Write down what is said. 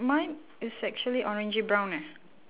mine is actually orangey brown eh